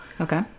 Okay